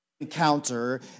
encounter